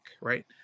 right